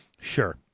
Sure